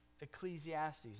Ecclesiastes